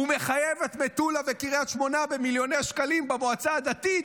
מחייב את מטולה וקריית שמונה במיליוני שקלים למועצה הדתית,